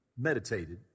meditated